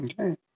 Okay